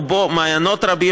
ובו מעיינות רבים,